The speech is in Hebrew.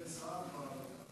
אין שר במליאה?